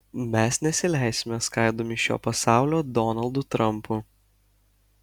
mes nesileisime skaldomi šio pasaulio donaldų trampų